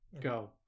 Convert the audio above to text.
go